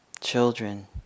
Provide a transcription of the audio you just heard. children